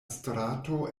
strato